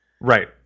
right